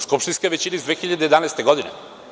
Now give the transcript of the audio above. Skupštinska većina iz 2011. godine.